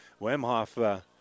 Wemhoff